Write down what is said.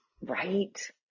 Right